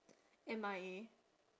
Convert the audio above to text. M_I_A